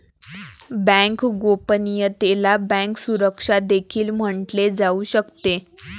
bank गोपनीयतेला bank सुरक्षा देखील म्हटले जाऊ शकते